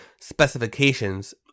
specifications